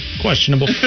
Questionable